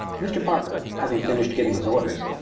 mr. parker, having finished giving his orders,